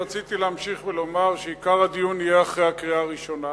רציתי להמשיך ולומר שעיקר הדיון יהיה אחרי הקריאה הראשונה,